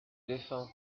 défunt